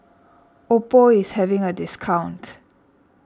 Oppo is having a discount